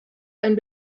ein